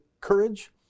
courage